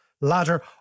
ladder